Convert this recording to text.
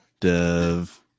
dev